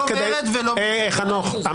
גלעד,